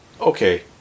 Okay